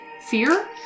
Fear